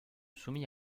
soumit